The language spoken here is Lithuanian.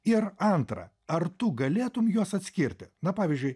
ir antra ar tu galėtum juos atskirti na pavyzdžiui